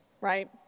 right